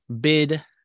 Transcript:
bid